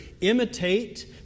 Imitate